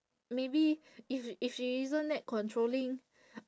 maybe if if she isn't that controlling